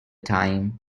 time